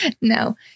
no